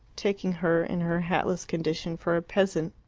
taking her, in her hatless condition, for a peasant.